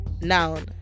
noun